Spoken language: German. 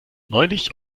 neulich